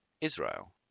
Israel